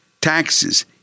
taxes